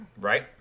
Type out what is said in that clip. Right